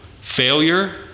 Failure